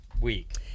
week